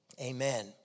Amen